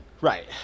right